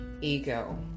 ego